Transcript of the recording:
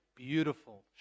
Beautiful